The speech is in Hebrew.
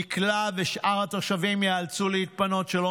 דיקלה ושאר התושבים ייאלצו להתפנות שלא